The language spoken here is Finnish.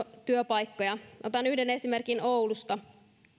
työpaikkoja otan yhden esimerkiksi oulusta